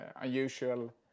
unusual